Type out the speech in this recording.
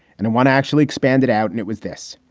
and and one actually expanded out and it was this.